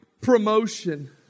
promotion